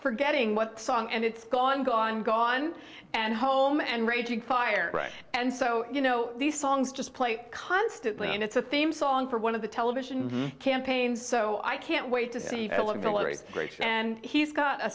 forgetting what song and it's gone gone gone and home and raging fire and so you know these songs just play constantly and it's a theme song for one of the television campaign so i can't wait to see a